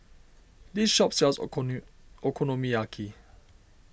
this shop sells Okonomiyaki